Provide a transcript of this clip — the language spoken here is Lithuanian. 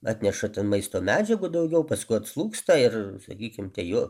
atneša ten maisto medžiagų daugiau paskui atslūgsta ir sakykim tie juo